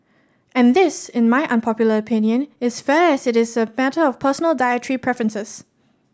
and this in my unpopular opinion is fair as it is a matter of personal dietary preferences